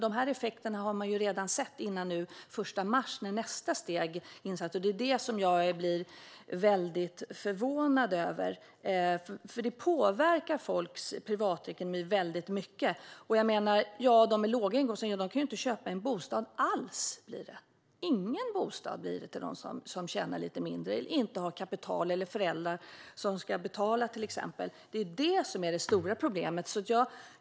Dessa effekter såg vi redan före den 1 mars när nästa steg skulle tas, och de påverkar folks ekonomi mycket. De med låga inkomster kommer inte att kunna köpa någon bostad alls. Det blir inga bostäder till dem som tjänar lite mindre, inte har kapital eller inte har föräldrar som kan betala. Detta är det stora problemet.